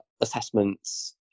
assessments